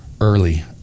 early